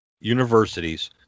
universities